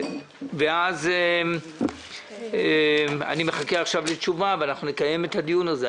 אני מחכה עכשיו לתשובה ואנחנו נקיים את הדיון הזה.